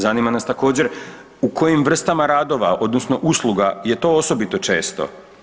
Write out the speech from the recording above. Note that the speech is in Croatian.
Zanima nas također, u kojim vrstama radova, odnosno usluga je to osobito često.